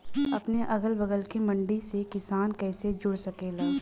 अपने अगला बगल के मंडी से किसान कइसे जुड़ सकेला?